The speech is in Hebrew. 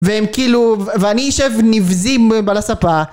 והם כאילו, ואני אשב נבזי על הספה